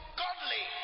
godly